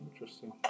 interesting